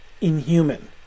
inhuman